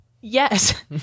Yes